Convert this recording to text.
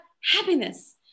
happiness